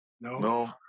no